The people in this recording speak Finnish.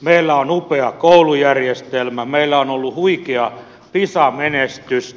meillä on upea koulujärjestelmä meillä on ollut huikea pisa menestys